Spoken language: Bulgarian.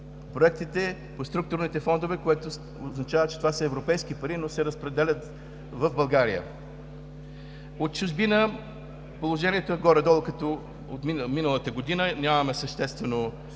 проектите по структурните фондове, което означава, че това са европейски пари, но се разпределят в България. От чужбина положението е горе-долу като през миналата година, нямаме съществено